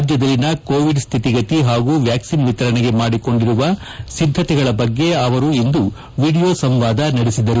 ರಾಜ್ಯದಲ್ಲಿನ ಕೋವಿಡ್ ಸ್ಡಿತಿಗತಿ ಹಾಗೂ ವ್ಯಾಕ್ಟಿನ್ ವಿತರಣೆಗೆ ಮಾಡಿಕೊಂಡಿರುವ ಸಿದ್ದತೆಗಳ ಬಗ್ಗೆ ಅವರು ಇಂದು ವಿಡಿಯೋ ಸಂವಾದ ನಡೆಸಿದರು